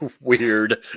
weird